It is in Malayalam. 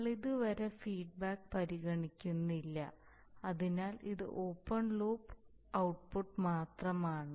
നമ്മൾ ഇതുവരെ ഫീഡ്ബാക്ക് പരിഗണിക്കുന്നില്ല അതിനാൽ ഇത് ഓപ്പൺ ലൂപ്പ് ഔട്ട്പുട്ട് മാത്രമാണ്